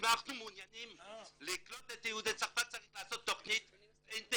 אם אנחנו מעוניינים לקלוט את יהודי צרפת צריך לעשות תכנית אינטגרטיבית.